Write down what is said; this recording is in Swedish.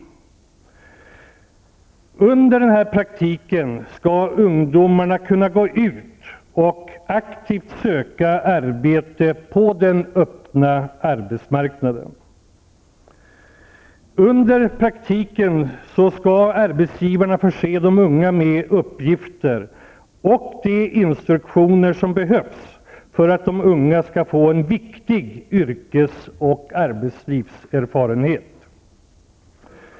Under praktiken skall ungdomarna kunna gå ut och aktivt söka arbete på den öppna arbesmarknaden. Under praktiken skall arbetsgivarna förse de unga med de uppgifter och instruktioner som behövs för att de skall få en viktig yrkes och arbetslivserfarenhet.